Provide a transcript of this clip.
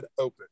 open